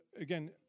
again